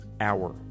hour